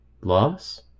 Loss